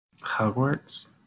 Hogwarts